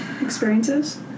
Experiences